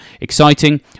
exciting